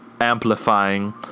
amplifying